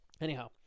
Anyhow